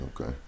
Okay